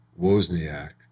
Wozniak